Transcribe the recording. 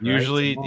Usually